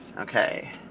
Okay